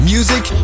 Music